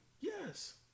Yes